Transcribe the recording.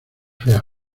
feas